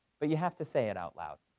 but you have to say it out loud,